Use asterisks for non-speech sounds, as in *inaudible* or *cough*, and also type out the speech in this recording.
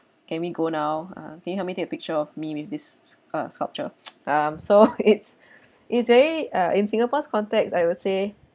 can we go now ah can you have me take a picture of me with this s~ s~ a sculpture *noise* um so it's *laughs* it's very uh in singapore's context I would say